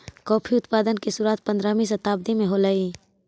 coffee उत्पादन की शुरुआत पंद्रहवी शताब्दी में होलई